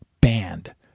banned